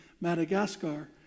Madagascar